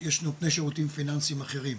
יש נותני שירותים פיננסיים אחרים,